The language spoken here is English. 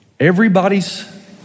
Everybody's